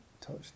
touch